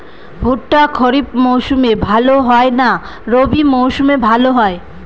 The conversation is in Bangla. ভুট্টা খরিফ মৌসুমে ভাল হয় না রবি মৌসুমে ভাল হয়?